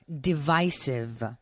divisive